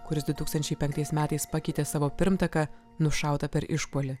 kuris du tūkstančiai penktais metais pakeitė savo pirmtaką nušautą per išpuolį